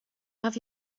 have